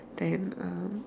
then um